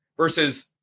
Versus